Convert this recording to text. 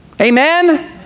Amen